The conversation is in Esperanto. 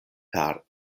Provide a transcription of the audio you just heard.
per